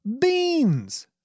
Beans